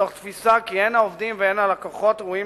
מתוך תפיסה כי הן העובדים והן הלקוחות ראויים